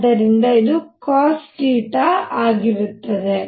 ಆದ್ದರಿಂದ ಇದು cosθ ಆಗಿರುತ್ತದೆ